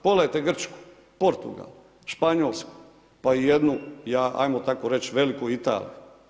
Pogledajte Grčku, Portugal, Španjolsku, pa i jednu hajmo tako reći veliku Italiju.